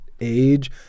age